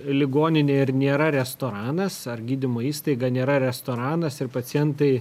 ligoninė ir nėra restoranas ar gydymo įstaiga nėra restoranas ir pacientai